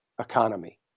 economy